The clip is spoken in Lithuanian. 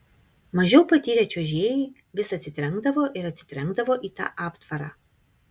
mažiau patyrę čiuožėjai vis atsitrenkdavo ir atsitrenkdavo į tą aptvarą